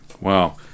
Wow